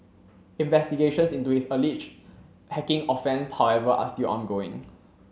investigations into his alleged hacking offence however are still ongoing